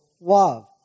love